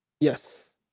Yes